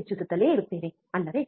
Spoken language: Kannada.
ಹೆಚ್ಚಿಸುತ್ತಲೇ ಇರುತ್ತೇವೆ ಅಲ್ಲವೇ